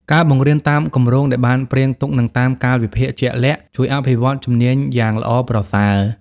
ការបង្រៀនតាមគម្រោង ដែលបានព្រាងទុកនិងតាមកាលវិភាគជាក់លាក់ ជួយអភិវឌ្ឍជំនាញយ៉ាងល្អប្រសើរ។